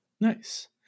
Nice